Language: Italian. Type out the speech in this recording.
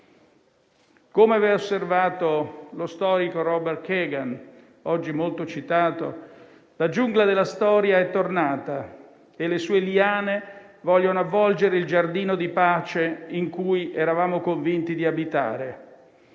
Come aveva osservato lo storico Robert Kagan, oggi molto citato, la giungla della storia è tornata e le sue liane vogliono avvolgere il giardino di pace in cui eravamo convinti di abitare.